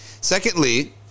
Secondly